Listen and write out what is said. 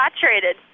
saturated